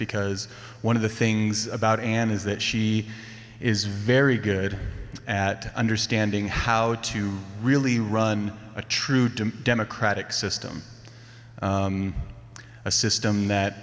because one of the things about ann is that she is very good at understanding how to really run a true to democratic system a system that